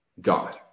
God